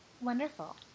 Wonderful